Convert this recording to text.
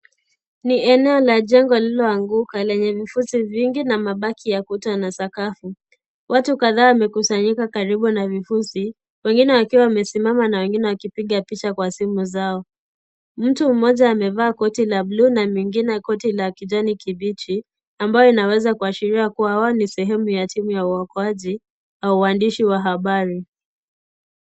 Ni eneo la jengo lililoanguka lenye vifusi vingi na mabaki ya kuta na sakafu. Watu kadhaa wamekusanyika karibu na vifusi, wengine wakiwa wamesimama na wengine wakipiga picha kwa simu zao. Mtu mmoja amevaa koti la bluu na mwingine koti la kijani kibichi, ambayo inaweza kuashiria kuwa hawa ni sehemu ya timu ya waokoaji au waandishi wa habari.